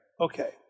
Okay